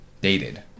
dated